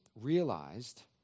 realized